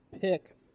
pick